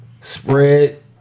Spread